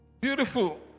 beautiful